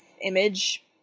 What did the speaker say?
image